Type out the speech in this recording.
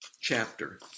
chapter